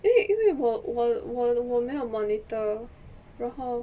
因为因为我我我我没有 monitor 然后